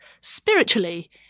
spiritually